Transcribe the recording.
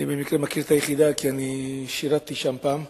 אני במקרה מכיר את היחידה כי שירתי שם פעם.